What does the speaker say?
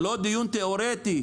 זה לא דיון תיאורטי.